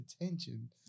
attention